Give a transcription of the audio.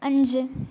അഞ്ച്